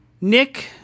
Nick